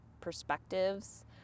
perspectives